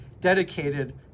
dedicated